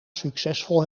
succesvol